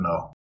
no